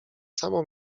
samo